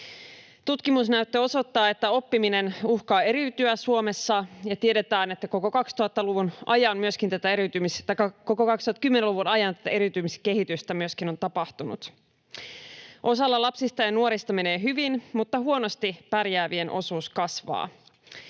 Tutkimusnäyttö osoittaa, että oppiminen uhkaa eriytyä Suomessa, ja tiedetään, että koko 2010-luvun ajan tätä eriytymiskehitystä on myöskin tapahtunut. Osalla lapsista ja nuorista menee hyvin, mutta huonosti pärjäävien osuus kasvaa.